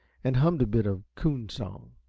and hummed a bit of coon song.